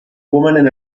woman